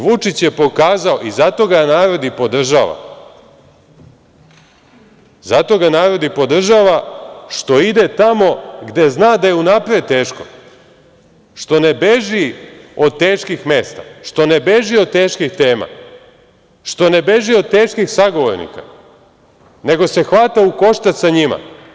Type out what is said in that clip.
Vučić je pokazao, i zato ga narod i podržava, zato ga narod i podržava što ide tamo gde zna da je unapred teško, što ne beži od teških mesta, što ne beži od teških tema, što ne beži od teških sagovornika, nego se hvata u koštac sa njima.